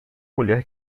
mulher